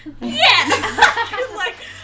yes